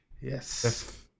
Yes